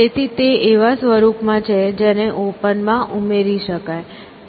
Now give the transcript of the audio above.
તેથી તે એવા સ્વરૂપમાં છે જેને ઓપન માં ઉમેરી શકાય